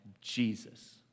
Jesus